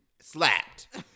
Slapped